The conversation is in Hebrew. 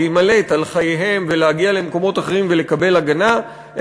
להימלט על חייהם ולהגיע למקומות אחרים ולקבל הגנה,